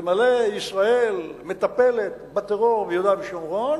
אלמלא ישראל מטפלת בטרור ביהודה ושומרון,